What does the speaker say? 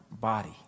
body